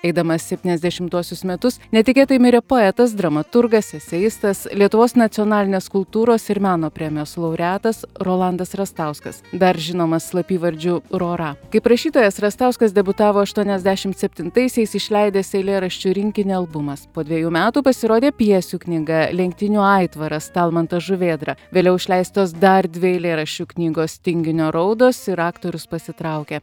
eidamas septyniasdešimtuosius metus netikėtai mirė poetas dramaturgas eseistas lietuvos nacionalinės kultūros ir meno premijos laureatas rolandas rastauskas dar žinomas slapyvardžiu rora kaip rašytojas rastauskas debiutavo aštuoniasdešimt septintaisiais išleidęs eilėraščių rinkinį albumas po dvejų metų pasirodė pjesių knyga lenktynių aitvaras talmantas žuvėdra vėliau išleistos dar dvi eilėraščių knygos tinginio raudos ir aktorius pasitraukia